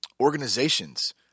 organizations